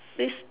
this